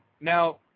Now